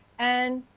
and,